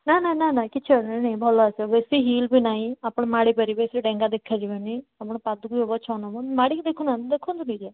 ନା ନା ନା ନା କିଛି ଭଲ ଆସିବ ବେଶୀ ହିଲ୍ ବି ନାହିଁ ଆପଣ ମାଡ଼ିପାରିବେ ବେଶୀ ଡେଙ୍ଗା ଦେଖା ଯିବେନି ଆପଣ ପାଦକୁ ବି ହବ ଛଅ ନମ୍ବର ମାଡ଼ିକି ଦେଖୁନାହାଁନ୍ତି ଦେଖନ୍ତୁ ନିଜେ